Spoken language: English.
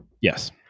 Yes